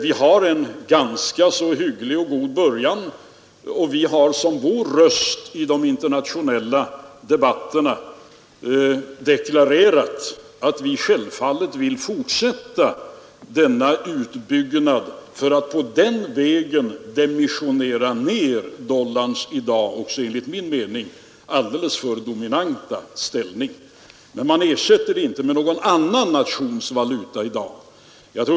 Vi har en ganska god början, och i de internationella debatterna har vi deklarerat vår uppfattning att vi självfallet vill fortsätta denna utbyggnad för att på den vägen dimensionera ner dollarns i dag, även enligt min mening, alldeles för dominerande ställning. Men man kan inte i dag ersätta den med någon annan nations valuta.